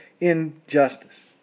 injustice